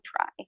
try